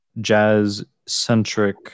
jazz-centric